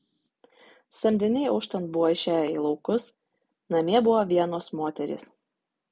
samdiniai auštant buvo išėję į laukus namie buvo vienos moterys